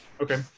Okay